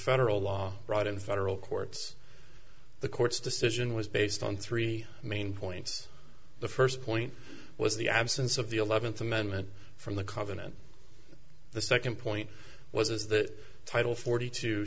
federal law brought in federal courts the court's decision was based on three main points the first point was the absence of the eleventh amendment from the covenant the second point was is that title forty two